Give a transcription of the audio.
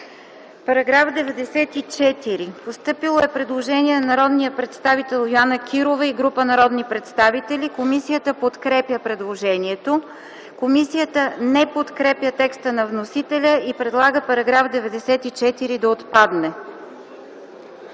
По § 94 е постъпило предложение на народния представител Йоана Кирова и група народни представители. Комисията подкрепя предложението. Комисията не подкрепя текста на вносителя и предлага § 94 да отпадне.